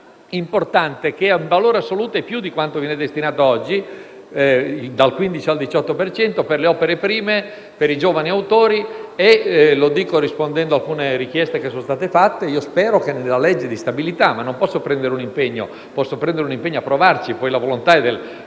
importante che in valore assoluto è più di quanto viene destinato oggi (dal 15 al 18 per cento) per le opere prime, per i giovani autori. A tal proposito, rispondendo ad alcune richieste che sono state fatte, spero che nella legge di stabilità - ma non posso assumere un impegno: io mi impegno a provarci, poi la volontà è del